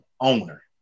owner